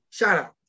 Shoutout